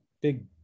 big